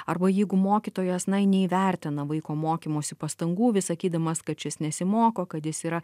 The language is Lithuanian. arba jeigu mokytojas na neįvertina vaiko mokymosi pastangų vis sakydamas kad šis nesimoko kad jis yra